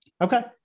okay